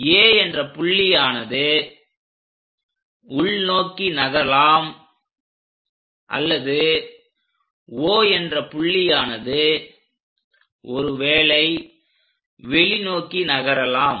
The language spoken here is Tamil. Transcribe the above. A என்ற புள்ளியானது உள் நோக்கி நகரலாம் அல்லது O என்ற புள்ளியானது ஒருவேளை வெளி நோக்கி நகரலாம்